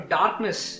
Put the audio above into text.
darkness